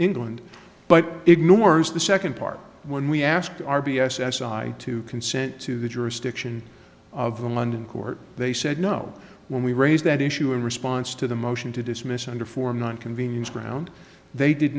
england but ignores the second part when we asked r b s as side to consent to the jurisdiction of the london court they said no when we raised that issue in response to the motion to dismiss under for non convenient ground they did